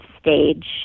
stage